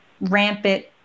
rampant